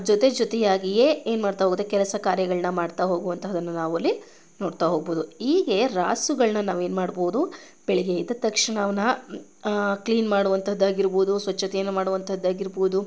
ಜೊತೆ ಜೊತೆಯಾಗಿಯೇ ಏನು ಮಾಡ್ತಾ ಹೋಗುತ್ತೆ ಕೆಲಸ ಕಾರ್ಯಗಳನ್ನ ಮಾಡ್ತಾ ಹೋಗುವಂಥದ್ದನ್ನು ನಾವು ಅಲ್ಲಿ ನೋಡ್ತಾ ಹೋಗ್ಬೋದು ಹೀಗೆ ರಾಸುಗಳನ್ನ ನಾವು ಏನು ಮಾಡ್ಬೋದು ಬೆಳಗ್ಗೆ ಎದ್ದ ತಕ್ಷಣನ ಕ್ಲೀನ್ ಮಾಡುವಂಥದ್ದಾಗಿರ್ಬೋದು ಸ್ವಚ್ಛತೆಯನ್ನ ಮಾಡುವಂಥದ್ದಾಗಿರ್ಬೋದು